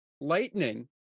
Lightning